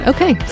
Okay